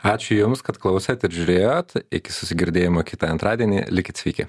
ačiū jums kad klausėt ir žiūrėjot iki susigirdėjimo kitą antradienį likit sveiki